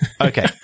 Okay